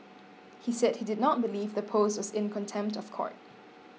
he said he did not believe the post was in contempt of court